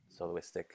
soloistic